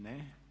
Ne.